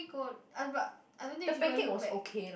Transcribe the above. should we go ah but I don't think we should go you back